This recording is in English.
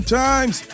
times